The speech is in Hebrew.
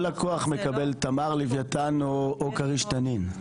כל הכוח מקבל תמר, לווייתן או כריש-תנין.